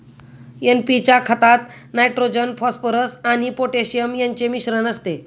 NP च्या खतात nitrogen, phosphorus आणि पोटॅशियम यांचे मिश्रण असते